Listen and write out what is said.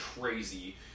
crazy